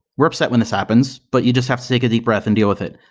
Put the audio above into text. we're upset when this happens, but you just have to take a deep breath and deal with it.